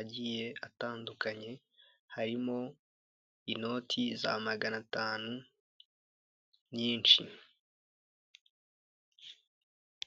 agiye atandukanye, harimo inoti za magana atanu nyinshi.